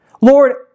Lord